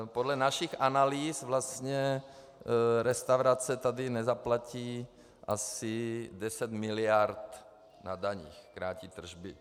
Podle našich analýz vlastně restaurace tady nezaplatí asi 10 miliard na daních, krátí tržby.